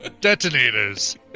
Detonators